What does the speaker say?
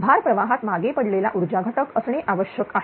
भार प्रवाहात मागे पडलेला ऊर्जाघटक असणे आवश्यक आहे